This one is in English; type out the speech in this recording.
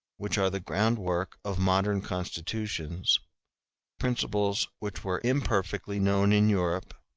which are the groundwork of modern constitutions principles which were imperfectly known in europe,